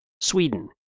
Sweden